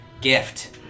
gift